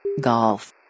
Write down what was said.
Golf